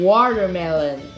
Watermelon